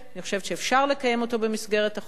אני חושבת שאפשר לקיים אותו במסגרת החוק.